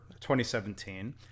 2017